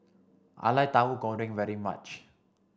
I like Tauhu Goreng very much